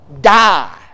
die